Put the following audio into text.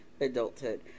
adulthood